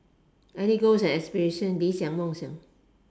any goals and aspirations 理想梦想